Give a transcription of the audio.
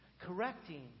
correcting